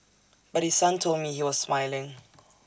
but his son told me he was smiling